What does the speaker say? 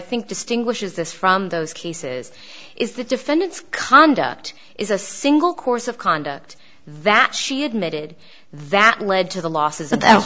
think distinguishes this from those cases is the defendant's conduct is a single course of conduct that she admitted that led to the l